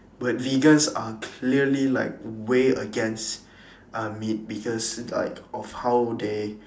but vegans are clearly like way against uh meat because it's like of how they